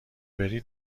بری